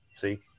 See